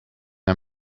the